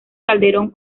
calderón